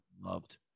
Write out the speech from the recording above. loved